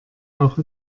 auch